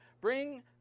bring